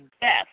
death